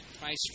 price